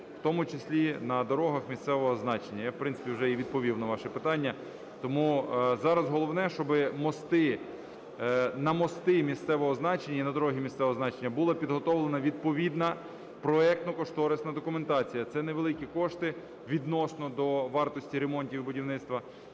в тому числі на дорогах місцевого значення. Я, в принципі, вже і відповів на ваше питання. Тому зараз головне, щоби мости, на мости місцевого значення і на дороги місцевого значення була підготовлена відповідна проектно-кошторисна документація. Це невеликі кошти відносно до вартості ремонтів і будівництва.